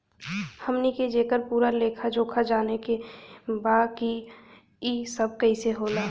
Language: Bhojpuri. हमनी के जेकर पूरा लेखा जोखा जाने के बा की ई सब कैसे होला?